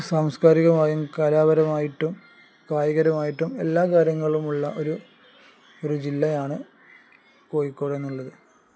സാംസ്കാരികമായും കലാപരമായിട്ടും കായികപരമായിട്ടും എല്ലാ കാര്യങ്ങളുമുള്ള ഒരു ഒരു ജില്ലയാണ് കോഴിക്കോട് എന്നുള്ളത്